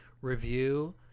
review